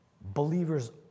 Believers